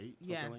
Yes